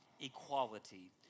Equality